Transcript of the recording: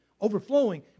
overflowing